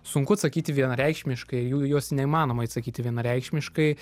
sunku atsakyti vienareikšmiškai jų juos neįmanoma atsakyti vienareikšmiškai